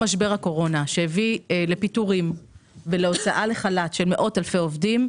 שהביא לפיטורים ולהוצאה לחל"ת של מאות אלפי עובדים,